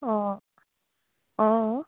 অঁ অঁ